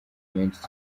menshi